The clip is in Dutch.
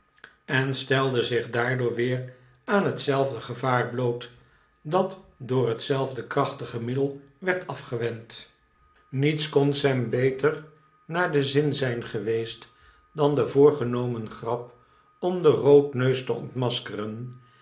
en stelde zich daardoor weer aan hetzelfde gevaar bloot dat door ter vergadering van het matigheidsgenootschap lietzelfde krachtige middel werd afgewend niets kon sam beter naar den zin zijn geweest dan de voorgenomen grap om den roodneus te ontmaskeren